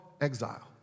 Exile